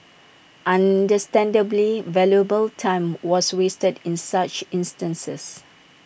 understandably valuable time was wasted in such instances